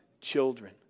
children